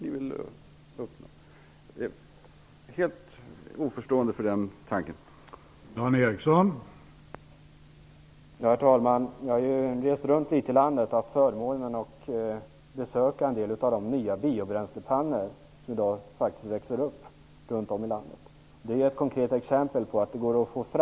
Jag ställer mig helt oförstående till den tanken.